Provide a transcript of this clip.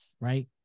right